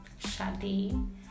Shadi